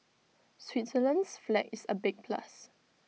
Switzerland's flag is A big plus